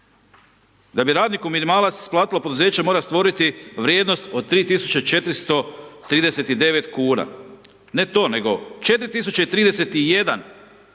da bi radniku minimalac platilo, poduzeće mora stvoriti vrijednost od 3439 kuna, ne to, nego 4031 kuna